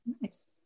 Nice